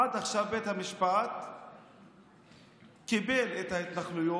עד עכשיו בית המשפט קיבל את ההתנחלויות,